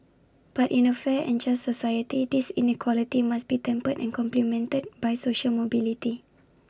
but in A fair and just society this inequality must be tempered and complemented by social mobility